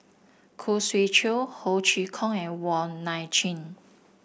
Khoo Swee Chiow Ho Chee Kong and Wong Nai Chin